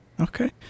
Okay